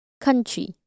Country